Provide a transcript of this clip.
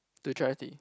to charity